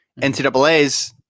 NCAAs